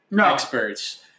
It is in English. experts